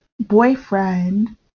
boyfriend